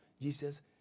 Jesus